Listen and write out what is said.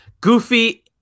goofy